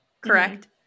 Correct